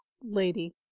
lady